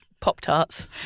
Pop-tarts